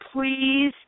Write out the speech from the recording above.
please